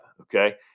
Okay